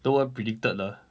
no one predicted lah